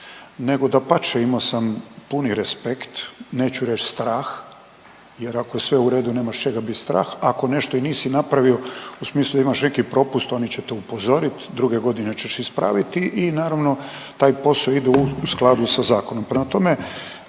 nego dapače imao sam puni respekt, neću reć strah jer ako je sve u redu nemaš čega bit strah, ako nešto i nisi napravio u smislu da imaš neki propust oni će te upozorit, druge godine ćeš ispraviti i naravno taj posao ide u skladu sa zakonom.